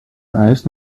eis